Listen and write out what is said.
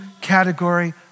category